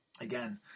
again